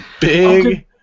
Big